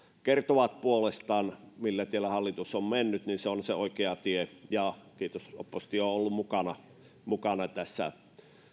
kertovat puolestaan että se millä tiellä hallitus on mennyt on se oikea tie kiitos että oppositio on ollut mukana mukana tässä